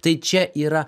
tai čia yra